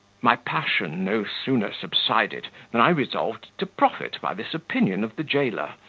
my passion no sooner subsided than i resolved to profit by this opinion of the jailor,